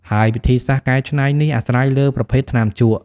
ហើយវិធីសាស្ត្រកែច្នៃនេះអាស្រ័យលើប្រភេទថ្នាំជក់។